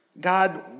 God